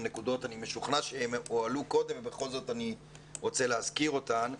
נקודות אני משוכנע שהועלו קודם אבל בכל זאת אני רוצה להזכיר אותן.